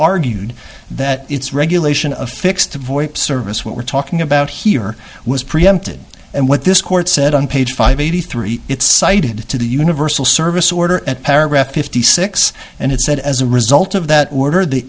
argued that its regulation of fixed avoid service what we're talking about here was preempted and what this court said on page five eighty three it cited to the universal service order at paragraph fifty six and it said as a result of that order the